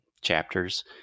chapters